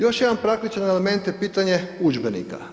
Još jedan praktičan element je pitanje udžbenika.